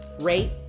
rate